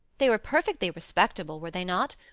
they were perfectly respectable were they not?